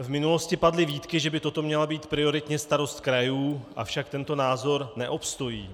V minulosti padly výtky, že by toto měla být prioritně starost krajů, avšak tento názor neobstojí.